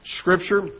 Scripture